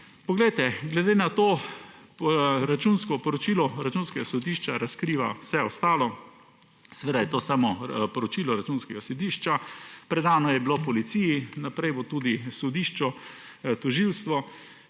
vse to. Glede na to poročilo Računskega sodišča razkriva vse ostalo. Seveda je to samo poročilo Računskega sodišča, predano je bilo policiji, naprej bo tudi sodišču, tožilstvu.